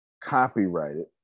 copyrighted